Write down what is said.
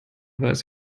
weiß